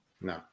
No